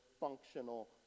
functional